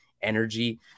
energy